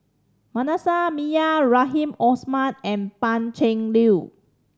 Manasseh Meyer Rahim and Pan Cheng Lui